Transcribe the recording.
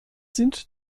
sind